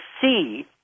see